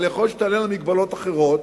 אבל יכול להיות שתעלינה הגבלות אחרות.